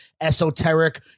esoteric